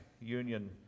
union